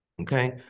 Okay